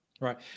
Right